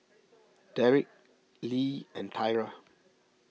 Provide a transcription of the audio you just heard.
Derik Leigh and Tyra